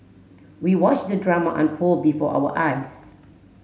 we watched the drama unfold before our eyes